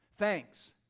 thanks